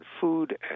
food